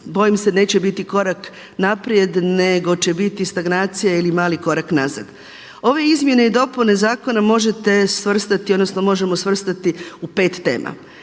bojim se neće biti korak naprijed, nego će biti stagnacija ili mali korak nazad. Ove izmjene i dopune zakona možete svrstati, odnosno možemo svrstati u pet tema.